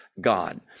God